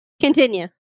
Continue